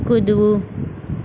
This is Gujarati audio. કૂદવું